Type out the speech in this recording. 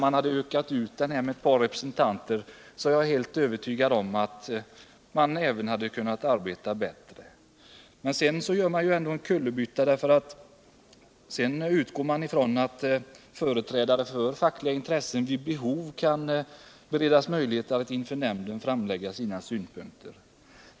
Om nämnden hade utökats med ett par ledamöter är jag övertygad om att den dessutom hade kunnat arbeta bättre. Sedan gör utskottet emellertid en kullerbytta när man utgår ifrån att företrädare för fackliga organisationer vid behov skall kunna beredas möjligheter att inför nämnden framlägga sina synpunkter.